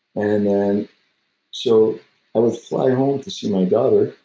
and and so i would fly home to see my daughter,